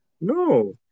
No